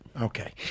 Okay